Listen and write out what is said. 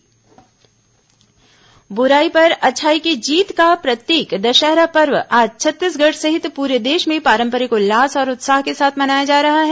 विजयादशमी बुराई पर अच्छाई की जीत का प्रतीक दशहरा पर्व आज छत्तीसगढ़ सहित पूरे देश में पारंपरिक उल्लास और उत्साह के साथ मनाया जा रहा है